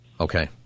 Okay